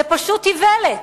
זה פשוט איוולת.